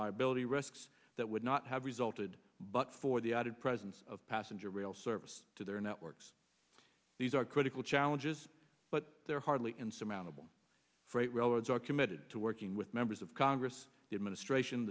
liability risks that would not have resulted but for the added presence of passenger rail service to their networks these are critical challenges but they're hardly insurmountable freight railroads are committed to working with members of congress the administration